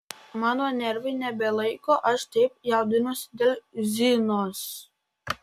mano nervai nebelaiko aš taip jaudinuosi dėl zinos